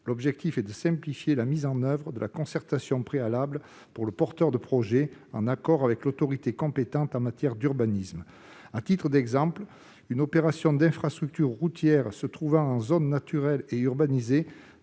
L'objectif est de simplifier la mise en oeuvre de la concertation préalable pour le porteur de projet, en accord avec l'autorité compétente en matière d'urbanisme. À titre d'exemple, une opération d'infrastructure routière se trouvant en zone naturelle et urbanisée